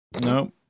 Nope